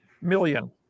million